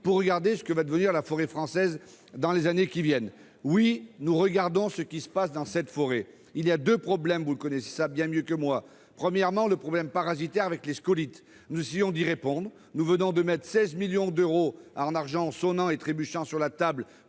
pour regarder ce que va devenir la forêt française dans les années à venir. Oui, nous examinons ce qui se passe dans cette forêt ! Il y a deux problèmes, que vous connaissez bien mieux que moi, madame la sénatrice. D'abord, le problème parasitaire, avec les scolytes, auquel nous essayons de répondre. Nous venons de mettre 16 millions d'euros en argent sonnant et trébuchant sur la table